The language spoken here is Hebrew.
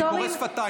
אני קורא שפתיים.